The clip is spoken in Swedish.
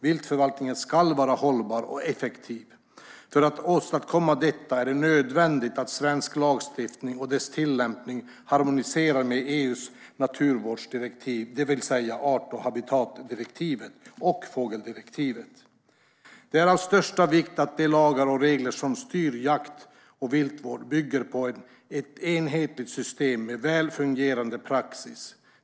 Viltförvaltningen ska vara hållbar och effektiv. För att åstadkomma detta är det nödvändigt att svensk lagstiftning och dess tillämpning harmoniserar med EU:s naturvårdsdirektiv, det vill säga art och habitatdirektivet och fågeldirektivet. Det är av största vikt att de lagar och regler som styr jakt och viltvård bygger på ett enhetligt system med väl fungerande praxis.